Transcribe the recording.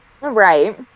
Right